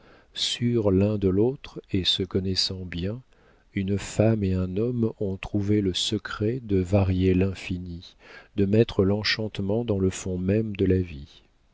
sûrs l'un de l'autre et se connaissant bien une femme et un homme ont trouvé le secret de varier l'infini de mettre l'enchantement dans le fond même de la vie